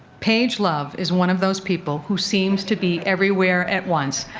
paige love is one of those people who seems to be everywhere at once.